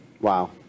Wow